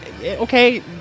Okay